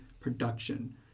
production